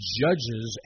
judges